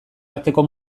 arteko